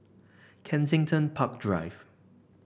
Kensington Park Drive